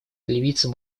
ливийцам